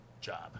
job